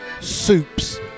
soups